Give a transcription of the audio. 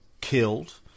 killed